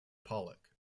pollock